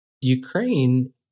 Ukraine